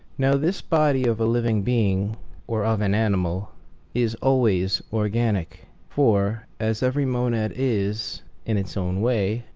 now this body of a living being or of an animal is always organic for, as every monad is, in its own way,